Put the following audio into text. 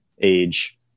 age